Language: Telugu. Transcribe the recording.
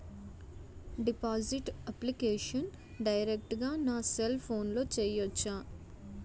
డిపాజిట్ అప్లికేషన్ డైరెక్ట్ గా నా సెల్ ఫోన్లో చెయ్యచా?